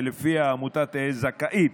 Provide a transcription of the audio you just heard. ולפיה העמותה זכאית